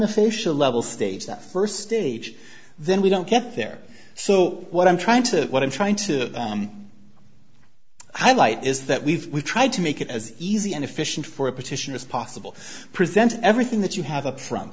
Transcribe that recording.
official level stage that first stage then we don't get there so what i'm trying to what i'm trying to highlight is that we've tried to make it as easy and efficient for a petition as possible present everything that you have a fro